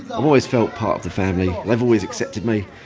i've always felt part of the family. they've always accepted me.